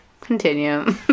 Continue